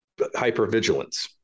hypervigilance